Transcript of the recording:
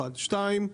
דבר שני,